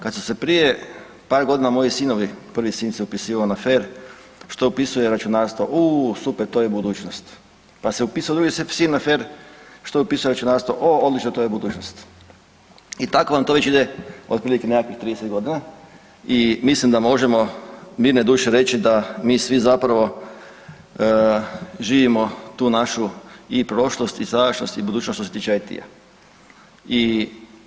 Kada su se prije par godina moji sinovi, prvi sin se upisivao na FER, što upisuje računarstvo, uuu super to je budućnost, pa se upisao drugi sin na FER, što je upisao, računarstvo, o odlično, to je budućnost i tako to vam već ide otprilike nekih 30 godina i mislim da možemo mirne duše reći da mi svi zapravo živimo tu našu i prošlost i sadašnjost i budućnost što se tiče IT-a.